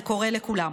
זה קורה לכולם.